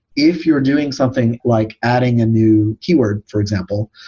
if you're doing something like adding a new keyword, for example,